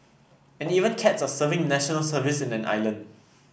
and even cats are serving National Service in an island